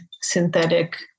synthetic